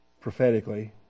prophetically